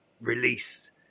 release